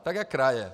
Tak jako kraje.